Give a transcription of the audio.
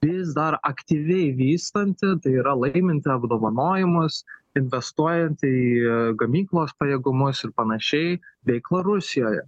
vis dar aktyviai vystanti tai yra laiminti apdovanojimus investuojanti į gamyklos pajėgumus ir panašiai veikla rusijoje